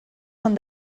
són